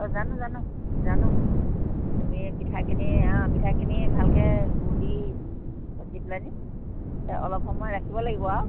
অঁ জানো জানো জানো তুমি পিঠাখিনি অঁ পিঠাখিনি ভালকে গুৰ দি খচি পেলাই নি অলপ সময় ৰাখিব লাগিব আৰু